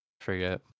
Forget